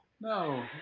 no